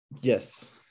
Yes